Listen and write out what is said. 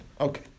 Okay